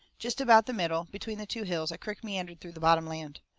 jest about the middle, between the two hills, a crick meandered through the bottom land.